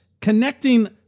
connecting